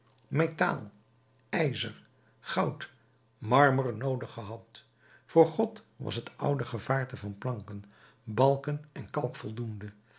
metaal ijzer goud marmer noodig gehad voor god was het oude gevaarte van planken balken en kalk voldoende